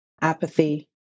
apathy